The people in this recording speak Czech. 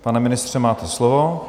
Pane ministře, máte slovo.